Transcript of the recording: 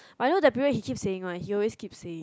I know that period he keep saying one he always keep saying